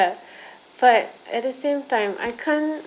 but at the same time I can't